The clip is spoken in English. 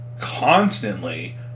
constantly